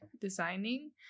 designing